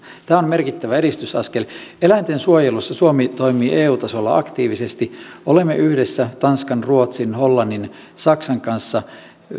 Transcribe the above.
tämä on merkittävä edistysaskel eläintensuojelussa suomi toimii eu tasolla aktiivisesti olemme yhdessä tanskan ruotsin hollannin saksan kanssa